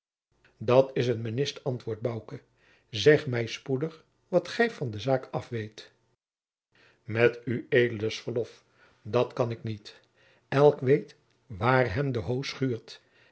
dat is een mennist antwoord bouke zeg mij spoedig wat gij van de zaak af weet met ueds verlof dat kan ik niet elk weet waar hem de hoos schuurt